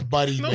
Buddy